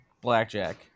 Blackjack